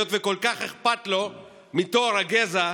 היות שכל כך אכפת לו מטוהר הגזע: